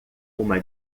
uma